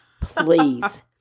Please